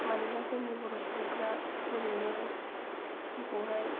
मानोना जोंनि बर' सुबुंफोरा ओरैनो समखौहाय